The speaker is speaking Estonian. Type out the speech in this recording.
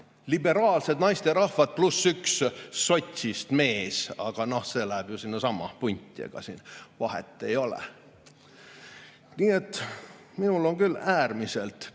liberaalsed naisterahvad pluss üks sotsist mees. Aga noh, see läheb ju sinnasamma punti, ega siin vahet ei ole. Minul on küll äärmiselt